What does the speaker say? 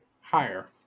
higher